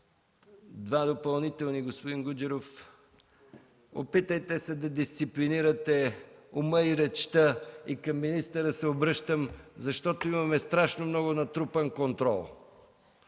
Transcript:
Два допълнителни въпроса, господин Гуджеров. Опитайте се да дисциплинирате ума и речта. Обръщам се и към министъра, защото имаме страшно много натрупан контрол.